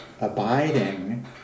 abiding